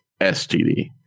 STD